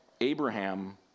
Abraham